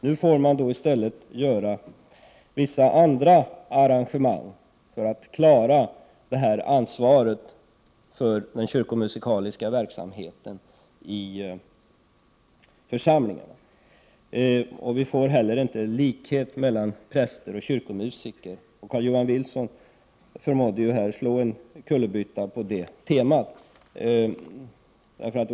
Nu får man i stället göra vissa andra arrangemang för att klara ansvaret för den kyrkomusikaliska verksamheten i församlingarna. Vi får inte heller likhet mellan präster och kyrkomusiker. Carl-Johan Wilson förmådde här att slå en logisk kullerbytta på det temat.